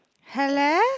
Hello